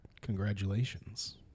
congratulations